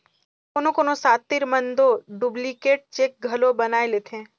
कोनो कोनो सातिर मन दो डुप्लीकेट चेक घलो बनाए लेथें